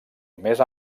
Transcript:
més